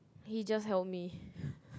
he just help me